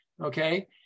okay